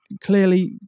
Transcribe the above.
clearly